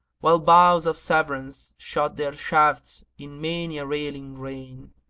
while bows of severance shot their shafts in many a railing rain